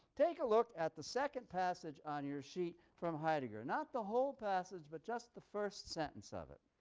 take a look at the second passage on your sheet from heidegger, not the whole passage but just the first sentence of it